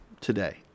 today